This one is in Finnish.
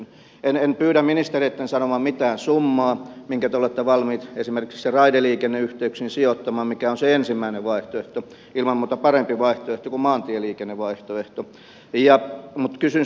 en pyydä ministereitä sanomaan mitään summaa minkä te olette valmiit esimerkiksi raideliikenneyhteyksiin sijoittamaan se on se ensimmäinen vaihtoehto ilman muuta parempi vaihtoehto kuin maantieliikennevaihtoehto mutta kysyn